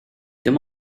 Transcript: dim